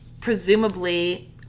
presumably